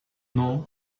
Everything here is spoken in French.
nom